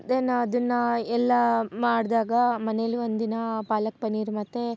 then ಅದನ್ನು ಎಲ್ಲ ಮಾಡಿದಾಗ ಮನೇಲಿ ಒಂದು ದಿನ ಪಾಲಕ್ ಪನ್ನಿರ್ ಮತ್ತು